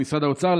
עם משרד האוצר,